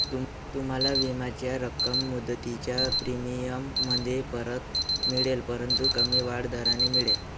तुम्हाला विम्याची रक्कम मुदतीच्या प्रीमियममध्ये परत मिळेल परंतु कमी वाढ दराने मिळेल